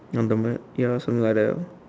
I'm the what ya something like that lah